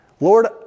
Lord